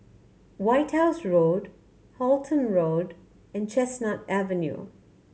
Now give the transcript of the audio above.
White House Road Halton Road and Chestnut Avenue